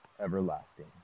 everlasting